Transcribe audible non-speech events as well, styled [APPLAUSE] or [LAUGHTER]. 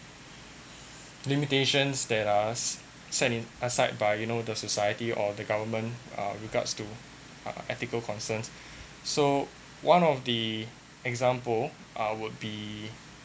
limitations that us set in aside by you know the society or the government uh regards to uh ethical concerns [BREATH] so one of the example uh would be